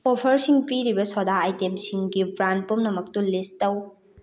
ꯑꯣꯐꯔꯁꯤꯡ ꯄꯤꯔꯤꯕ ꯁꯣꯗꯥ ꯑꯥꯏꯇꯦꯝꯁꯤꯡꯒꯤ ꯕ꯭ꯔꯥꯟ ꯄꯨꯝꯅꯃꯛꯇꯨ ꯂꯤꯁ ꯇꯧ